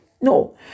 No